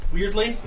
Weirdly